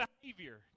behavior